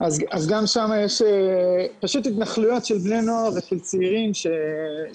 אז גם שם יש פשוט התנחלויות של בני נוער ושל צעירים שמגיעים.